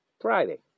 Friday